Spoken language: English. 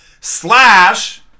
Slash